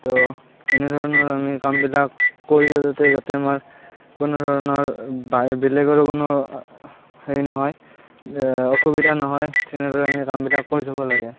তো এনেধৰণৰ আমি কামবিলাক কৰিলে যাতে যাতে আমাৰ কোনোধৰণৰ বা বেলেগৰো কোনো হেৰি নহয় অসুবিধা নহয় তেনেদৰে আমি কামবিলাক কৰি যাব লাগে